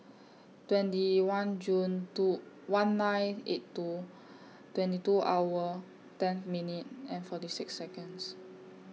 twenty one June two one nine eight two twenty two hour ten minute and forty six Seconds